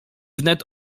wnet